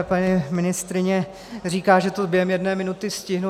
Paní ministryně říká, že to během jedné minuty stihnu.